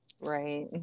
Right